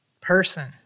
person